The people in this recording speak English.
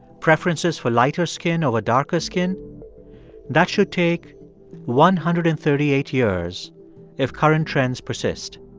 preferences for lighter skin over darker skin that should take one hundred and thirty eight years if current trends persist.